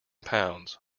pounds